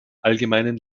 allgemeinen